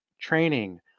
training